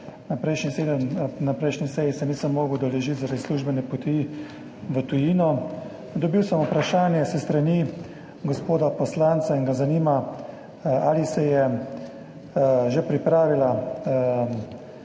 Prejšnje seje se nisem mogel udeležiti zaradi službene poti v tujino. Dobil sem vprašanje s strani gospoda poslanca in ga zanima, ali sta že pripravljena